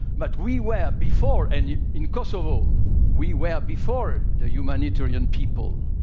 but we were before and in kosovo we were before the humanitarian people,